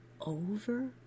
over